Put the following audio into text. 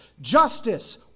justice